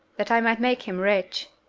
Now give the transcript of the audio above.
that i might make him rich.